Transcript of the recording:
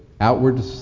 outward